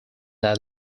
that